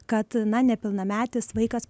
kad na nepilnametis vaikas